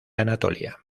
anatolia